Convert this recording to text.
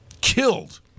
Killed